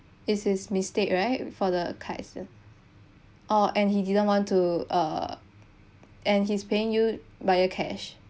it's his mistake right for the car accident oh and he didn't want to uh and he's paying you via cash